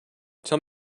tell